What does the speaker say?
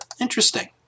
Interesting